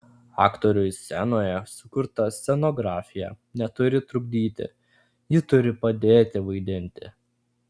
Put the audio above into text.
aktoriui scenoje sukurta scenografija neturi trukdyti ji turi padėti vaidinti